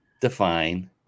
define